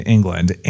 England